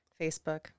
Facebook